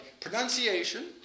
pronunciation